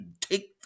take